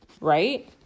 right